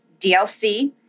dlc